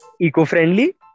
eco-friendly